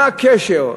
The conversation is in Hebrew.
מה הקשר?